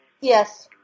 Yes